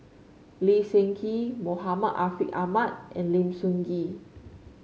Lee Seng Gee Muhammad Ariff Ahmad and Lim Sun Gee